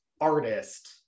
artist